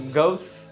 ghosts